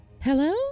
hello